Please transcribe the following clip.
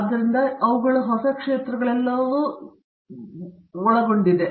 ಆದ್ದರಿಂದ ಅವುಗಳು ಹೊಸ ಕ್ಷೇತ್ರಗಳೆಲ್ಲವೂ ಬೆಳೆಯುತ್ತವೆ